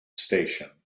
station